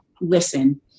listen